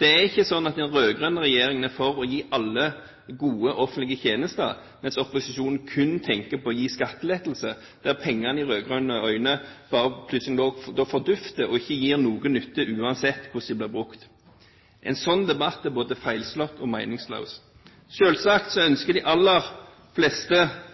Det er ikke sånn at den rød-grønne regjeringen er for å gi alle gode offentlige tjenester, mens opposisjonen kun tenker på å gi skattelettelser, der pengene, i de rød-grønnes øyne, bare plutselig en dag fordufter og ikke gir noe nytte, uansett hvordan de blir brukt. En sånn debatt er både feilslått og meningsløs. Selvsagt ønsker de aller fleste